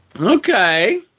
Okay